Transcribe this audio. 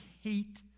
hate